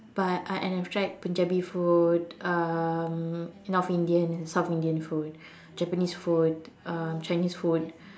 but uh and I have tried punjabi food um north Indian south Indian food japanese food um chinese food